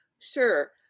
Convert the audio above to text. Sure